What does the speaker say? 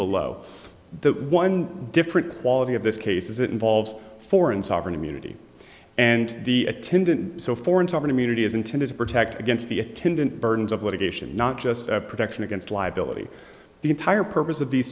below that one different quality of this case as it involves foreign sovereign immunity and the attendant so foreign to opportunity is intended to protect against the attendant burdens of litigation not just of protection against liability the entire purpose of these